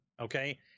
Okay